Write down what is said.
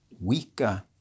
weaker